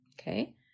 okay